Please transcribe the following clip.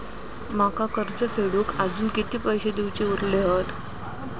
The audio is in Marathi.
माका कर्ज फेडूक आजुन किती पैशे देऊचे उरले हत?